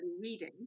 reading